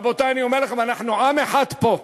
רבותי, אני אומר לכם: אנחנו עם אחד פה,